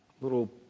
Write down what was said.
little